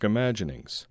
Imaginings